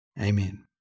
Amen